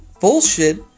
bullshit